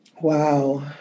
Wow